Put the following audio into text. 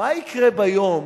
מה יקרה ביום